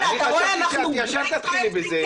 אני חשבתי שאת ישר תתחילי בזה.